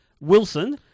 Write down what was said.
Wilson